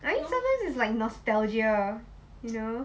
I mean sometimes it's like nostalgia you know